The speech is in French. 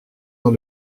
dans